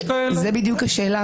זו השאלה,